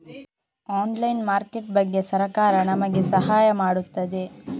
Online market ಬಗ್ಗೆ ಸರಕಾರ ನಮಗೆ ಸಹಾಯ ಮಾಡುತ್ತದೆ?